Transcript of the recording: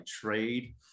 trade